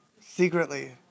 secretly